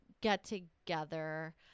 get-together